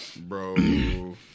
Bro